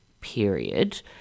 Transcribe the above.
period